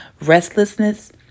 restlessness